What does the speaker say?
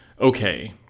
okay